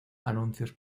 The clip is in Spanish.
anuncios